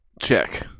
Check